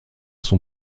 son